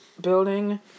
building